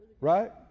Right